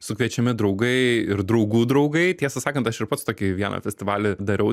sukviečiami draugai ir draugų draugai tiesą sakant aš ir pats tokį vieną festivalį dariau